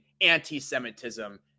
anti-Semitism